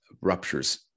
ruptures